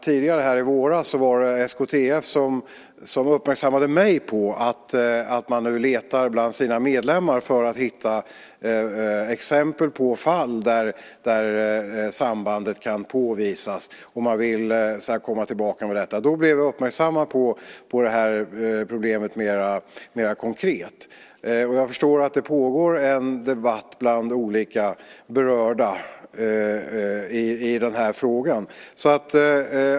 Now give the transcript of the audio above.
Tidigare i våras uppmärksammade SKTF mig på att man letar bland sina medlemmar för att hitta exempel på fall där sambandet kan påvisas. Då blev jag uppmärksammad på problemet mer konkret. Jag förstår att det pågår en debatt bland berörda i den här frågan.